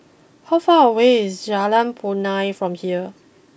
how far away is Jalan Punai from here